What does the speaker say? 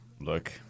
Look